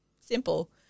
simple